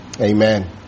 Amen